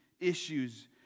issues